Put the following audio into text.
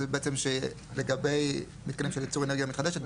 זה בעצם שלגבי מתקנים של ייצור אנרגיה מתחדשת,